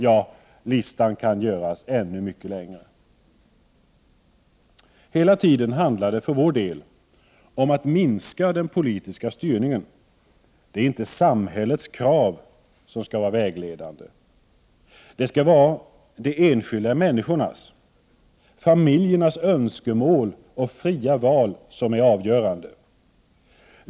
Ja, listan kan göras ännu mycket längre. Hela tiden handlar det för vår del om att minska den politiska styrningen. Det är inte samhällets krav som skall vara vägledande, utan de enskilda människornas, familjernas önskemål och fria val som skall vara avgörande.